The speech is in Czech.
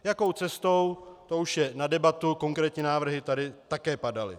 Jakou cestou, to je na debatu, konkrétní návrhy tady také padaly.